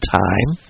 time